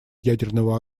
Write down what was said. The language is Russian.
ядерного